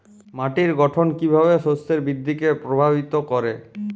মাটির গঠন কীভাবে শস্যের বৃদ্ধিকে প্রভাবিত করে?